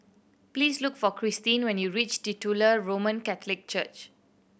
please look for Christine when you reach Titular Roman Catholic Church